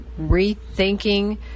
rethinking